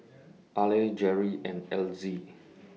Arley Gerry and Elzy